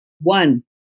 one